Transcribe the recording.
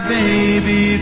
baby